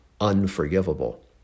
unforgivable